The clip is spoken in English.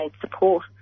support